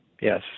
Yes